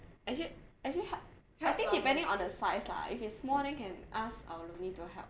actually actually help I think depending on the size lah if it's small then can ask our roommate to help